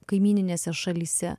kaimyninėse šalyse